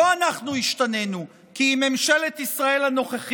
לא אנחנו השתנינו, כי אם ממשלת ישראל הנוכחית.